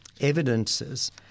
evidences